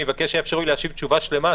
אני מבקש שיאפשרו לי להשיב תשובה שלמה,